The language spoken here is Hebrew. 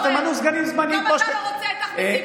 גם אתה לא רוצה את אחמד טיבי.